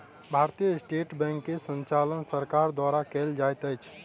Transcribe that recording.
भारतीय state bank के संचालन सरकार द्वारा कयल जाइत अछि